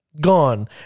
gone